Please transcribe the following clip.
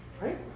right